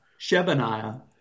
Shebaniah